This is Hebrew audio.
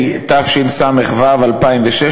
התשס"ו 2006,